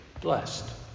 blessed